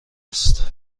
است